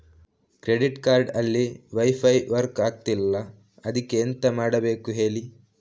credit card ಅಲ್ಲಿ wifi work ಆಗ್ತಿಲ್ಲ ಅದ್ಕೆ ಎಂತ ಮಾಡಬೇಕು ಹೇಳಿ